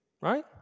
right